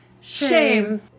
Shame